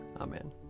Amen